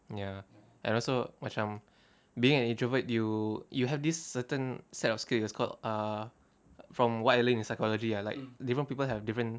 ya and also macam being an introvert you you have this certain set of skill it's called err from what I learn in psychology like different people have different